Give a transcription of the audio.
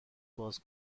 باز